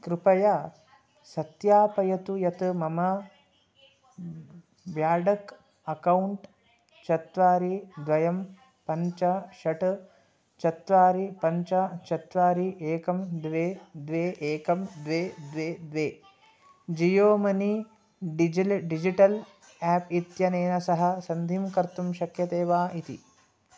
कृपया सत्यापयतु यत् मम व्याडक् अकौण्ट् चत्वारि द्वयं पञ्च षट् चत्वारि पञ्च चत्वारि एकं द्वे द्वे एकं द्वे द्वे द्वे जियो मनी डिजिले डिजिटल् एप् इत्यनेन सह सन्धिं कर्तुं शक्यते वा इति